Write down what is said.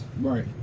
Right